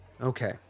Okay